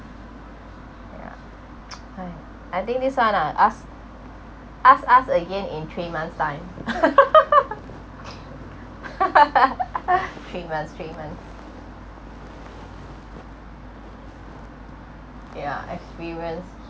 yeah I think this one ah ask ask ask again in three months time three months three months ya experience